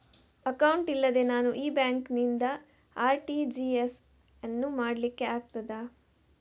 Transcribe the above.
Account ಇಲ್ಲದೆ ನಾನು ಈ ಬ್ಯಾಂಕ್ ನಿಂದ ಆರ್.ಟಿ.ಜಿ.ಎಸ್ ಯನ್ನು ಮಾಡ್ಲಿಕೆ ಆಗುತ್ತದ?